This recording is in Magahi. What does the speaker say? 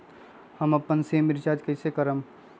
हम अपन सिम रिचार्ज कइसे करम?